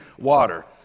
water